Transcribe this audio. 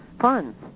funds